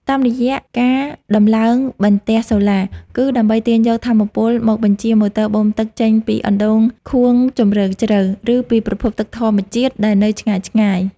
តាមរយៈការដំឡើងបន្ទះសូឡា គឺដើម្បីទាញយកថាមពលមកបញ្ជាម៉ូទ័របូមទឹកចេញពីអណ្តូងខួងជម្រៅជ្រៅ ឬពីប្រភពទឹកធម្មជាតិដែលនៅឆ្ងាយៗ។